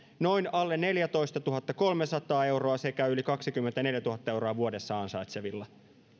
noin alle neljätoistatuhattakolmesataa euroa sekä yli kaksikymmentäneljätuhatta euroa vuodessa ansaitsevilla